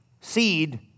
seed